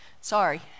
Sorry